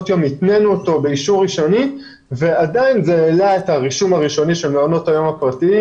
באישור ראשוני ועדיין זה העלה את הרישום הראשוני של מעונות היום הפרטיים